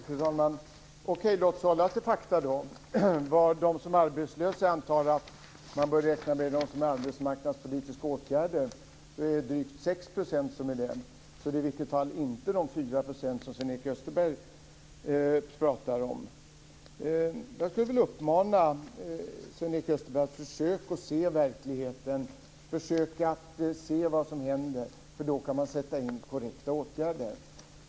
Fru talman! Okej, låt oss hålla oss till fakta. Till de arbetslösa antar jag att man bör räkna dem som är i arbetsmarknadspolitiska åtgärder. Det är drygt 6 %, så det är i alla fall inte de 4 % som Sven-Erik Österberg pratar om. Jag skulle vilja uppmana Sven-Erik Österberg att försöka se verkligheten och att försöka se vad som händer. Då kan man sätta in korrekta åtgärder.